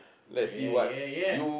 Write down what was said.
ya ya ya